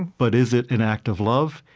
but is it an act of love?